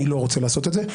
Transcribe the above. אני לא רוצה לעשות את זה.